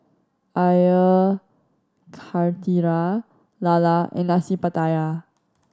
Air Karthira lala and Nasi Pattaya